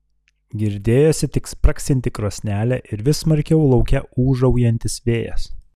girdėjosi tik spragsinti krosnelė ir vis smarkiau lauke ūžaujantis vėjas